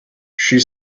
she